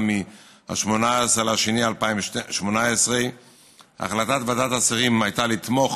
ב-18 בפברואר 2018. החלטת ועדת השרים הייתה לתמוך